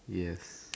yes